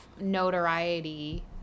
notoriety